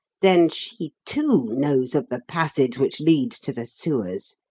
then she, too knows of the passage which leads to the sewers.